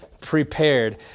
prepared